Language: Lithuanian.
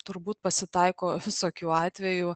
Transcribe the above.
turbūt pasitaiko visokių atvejų